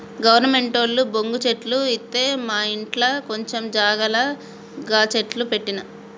గవర్నమెంటోళ్లు బొంగు చెట్లు ఇత్తె మాఇంట్ల కొంచం జాగల గ చెట్లు పెట్టిన